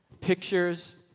Pictures